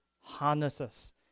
harnesses